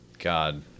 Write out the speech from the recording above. god